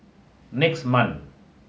next month